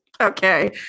okay